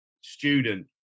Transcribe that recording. student